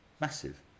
Massive